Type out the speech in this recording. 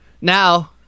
Now